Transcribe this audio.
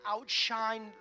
outshine